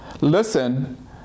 listen